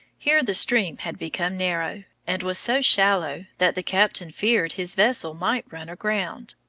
here the stream had become narrow, and was so shallow that the captain feared his vessel might run aground.